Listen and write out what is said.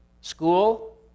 school